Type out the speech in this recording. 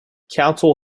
council